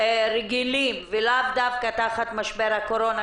רגילים ולאו דווקא תחת משבר הקורונה,